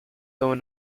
though